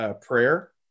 prayer